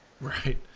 Right